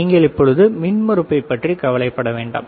நீங்கள் இப்பொழுது மின்மறுப்பை பற்றி கவலைப்பட வேண்டாம்